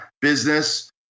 business